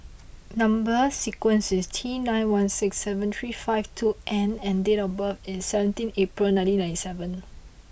number sequence is T nine one six seven three five two N and date of birth is seventeen April nineteen ninety seven